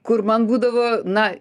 kur man būdavo na